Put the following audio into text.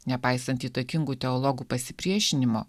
nepaisant įtakingų teologų pasipriešinimo